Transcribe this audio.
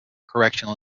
correctional